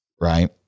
right